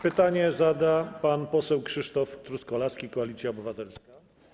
Pytanie zada pan poseł Krzysztof Truskolaski, Koalicja Obywatelska.